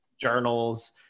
journals